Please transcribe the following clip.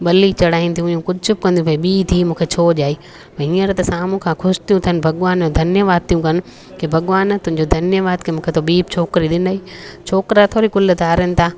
बली चढ़ाईंदी हुयूं कुझु बि कंदी भई ॿीं धीउ मूंखे छो ॼाई भई हींअर त साम्हूं खां ख़ुशि थियूं थियनि भॻवान धन्यवादु थियूं कनि की भॻवान तुंहिंजो धन्यवादु की मूंखे तूं ॿीं छोकिरी ॾिनई छोकिरा थोरी कुल धारनि था